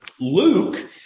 Luke